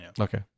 Okay